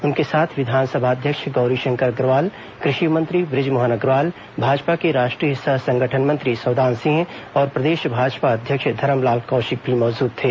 उनके साथ विधानसभा अध्यक्ष गौरीशंकर अग्रवाल कृषि मंत्री बृजमोहन अग्रवाल भाजपा के राष्ट्रीय सह संगठन मंत्री सौदान सिंह और प्रदेश भाजपा अध्यक्ष धरमलाल कौशिक भी मौजूद थे